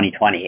2020